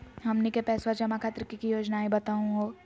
हमनी के पैसवा जमा खातीर की की योजना हई बतहु हो?